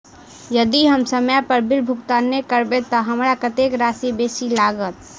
यदि हम समय पर बिल भुगतान नै करबै तऽ हमरा कत्तेक राशि बेसी लागत?